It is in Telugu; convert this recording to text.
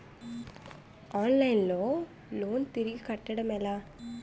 ఆన్లైన్ లో లోన్ తిరిగి కట్టడం ఎలా?